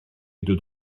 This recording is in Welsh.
dod